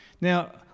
now